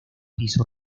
piso